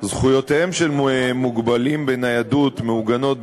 זכויותיהם של מוגבלים בניידות מעוגנות,